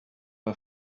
her